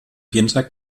piensa